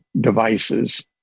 devices